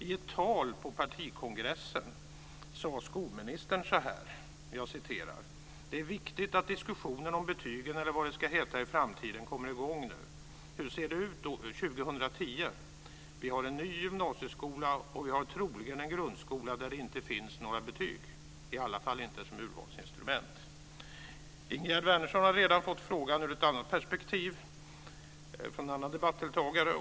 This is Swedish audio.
I ett tal på partikongressen sade skolministern så här: "Det är viktigt att diskussionerna om betygen, eller vad det ska heta i framtiden, kommer i gång nu. - Hur ser det ut 2010? Vi har en ny gymnasieskola och vi har troligen en grundskola där det inte finns några betyg, i alla fall inte som urvalsinstrument." Ingegerd Wärnersson har redan fått frågan ur ett annat perspektiv från en annan debattdeltagare.